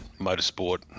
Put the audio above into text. motorsport